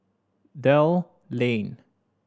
Dell Lane